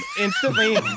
instantly